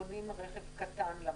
אנחנו קונים רכב קטן לממשלה.